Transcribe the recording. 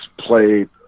played